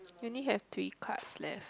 you only have three class left